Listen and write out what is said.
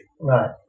Right